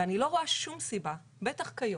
אני לא רואה שום סיבה, בטח כיום,